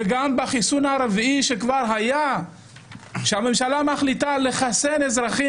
וגם בחיסון הרביעי שהממשלה מחליטה לחסן אזרחים